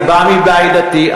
אני בא מבית דתי.